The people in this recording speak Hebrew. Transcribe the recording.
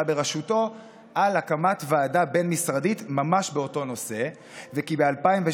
בראשותו על הקמת ועדה בין-משרדית ממש באותו נושא וכי ב-2017